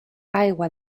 aigua